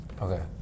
okay